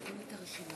שלוש דקות